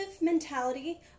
mentality